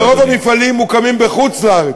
רוב המפעלים מוקמים בחוץ-לארץ,